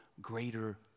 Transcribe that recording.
greater